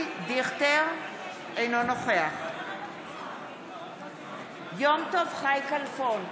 אינו נוכח יום טוב חי כלפון,